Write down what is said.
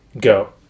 go